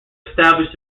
established